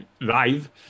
live